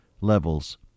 levels